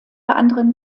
anderen